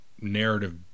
narrative